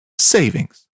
savings